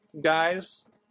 guys